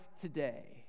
today